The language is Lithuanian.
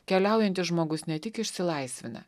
keliaujantis žmogus ne tik išsilaisvina